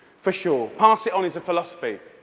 for sure, pass it on as a philosophy.